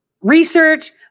research